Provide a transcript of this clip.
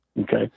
Okay